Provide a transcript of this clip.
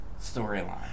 storyline